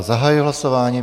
Zahajuji hlasování.